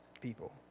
people